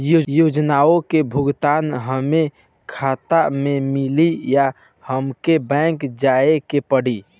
योजनाओ का भुगतान हमरे खाता में मिली या हमके बैंक जाये के पड़ी?